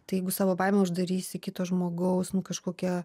tai jeigu savo baimę uždarysi kito žmogaus kažkokia